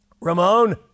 Ramon